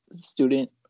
student